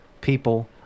People